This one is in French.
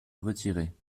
retirer